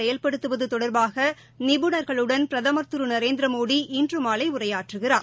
செயல்படுத்துவது தொடர்பாக நிபுணர்களுடன் பிரதமர் திரு நரேந்திரமோடி இன்று மாலை உரையாற்றுகிறார்